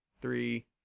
three